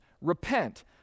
Repent